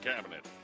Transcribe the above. cabinet